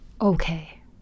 okay